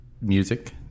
music